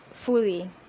Fully